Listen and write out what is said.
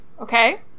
Okay